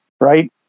right